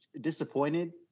disappointed